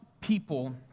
people